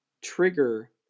trigger